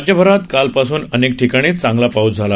राज्यभरात कालपासून अनेक ठिकाणी चांगला पाऊस झाला